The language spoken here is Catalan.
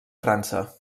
frança